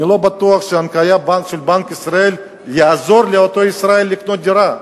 אני לא בטוח שההנחיה של בנק ישראל תעזור לאותו ישראל לקנות דירה.